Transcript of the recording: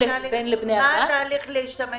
מה התהליך כדי להשתמש